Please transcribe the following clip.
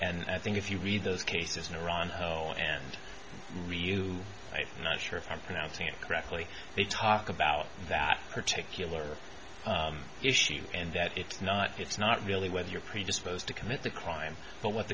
and i think if you read those cases in iran and read you right not sure if i'm pronouncing it correctly they talk about that particular issue and that it's not it's not really whether you're predisposed to commit the crime but what